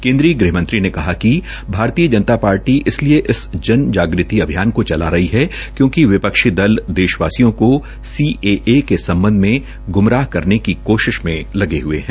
केन्द्रीय गृहमंत्री ने कहा कि भारतीय जनता पार्टी इसलिए इस जन जाग्रति अभियान को चला रही है क्योकि विपक्षी दल देशवासियों को सीएए के सम्बध में ग्मराह करने की कोशिश में लगे हये है